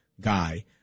guy